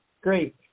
Great